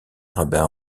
rabbins